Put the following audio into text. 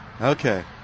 Okay